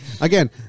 again